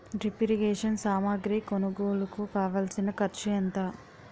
drip irrigation సామాగ్రి కొనుగోలుకు కావాల్సిన ఖర్చు ఎంత